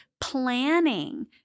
planning